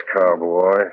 cowboy